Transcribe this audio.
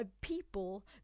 people